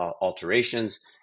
alterations